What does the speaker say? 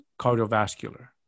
cardiovascular